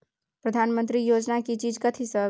प्रधानमंत्री योजना की चीज कथि सब?